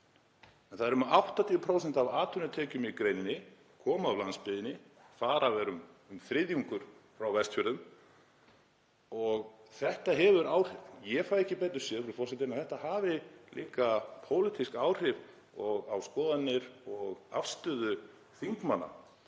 Um 80% af atvinnutekjum í greininni koma af landsbyggðinni, þar af um þriðjungur frá Vestfjörðum. Þetta hefur áhrif. Ég fæ ekki betur séð, frú forseti, en að þetta hafi líka pólitísk áhrif og á skoðanir og afstöðu þingmanna